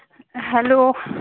hello